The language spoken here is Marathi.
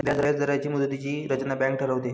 व्याजदरांची मुदतीची रचना बँक ठरवते